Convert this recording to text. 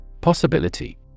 Possibility